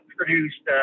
produced